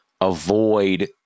avoid